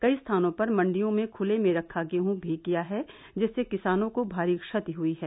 कई स्थानों पर मंडियों में खुले में रखा गेहूं भीग गया है जिससे किसानों को भारी क्षति हई है